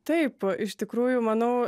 taip iš tikrųjų manau